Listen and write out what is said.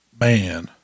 Man